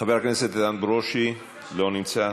חבר הכנסת איתן ברושי, לא נמצא,